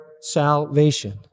salvation